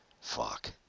Fuck